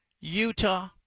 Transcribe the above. Utah